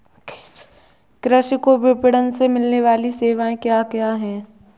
कृषि को विपणन से मिलने वाली सेवाएँ क्या क्या है